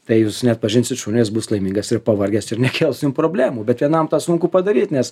tai jūs neatpažinsit šunio jis bus laimingas ir pavargęs ir nekels jum problemų bet vienam tą sunku padaryt nes